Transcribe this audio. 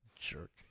Jerk